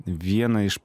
viena iš